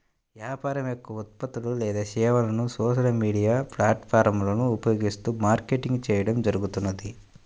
వ్యాపారం యొక్క ఉత్పత్తులు లేదా సేవలను సోషల్ మీడియా ప్లాట్ఫారమ్లను ఉపయోగిస్తూ మార్కెటింగ్ చేయడం జరుగుతుంది